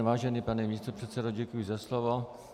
Vážený pane místopředsedo, děkuji za slovo.